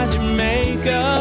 Jamaica